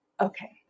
Okay